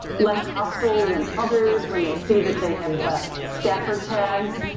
less hostile than others when they see that they have the staffer tags.